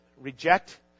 reject